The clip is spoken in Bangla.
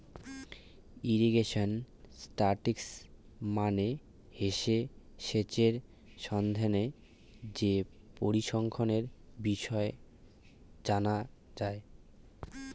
ইরিগেশন স্ট্যাটিসটিক্স মানে হসে সেচের সম্বন্ধে যে পরিসংখ্যানের বিষয় জানত যাই